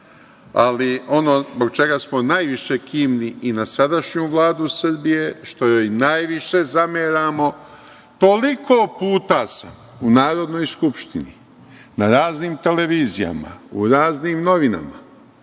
zbog čega smo najviše kivni i na sadašnju Vladu Srbije, što joj najviše zameramo, toliko puta sam u Narodnoj skupštini, na raznim televizijama, u raznim novinama